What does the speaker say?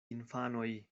infanoj